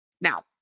Now